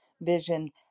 vision